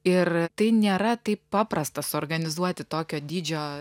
ir tai nėra taip paprasta suorganizuoti tokio dydžio